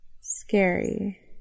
scary